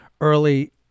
early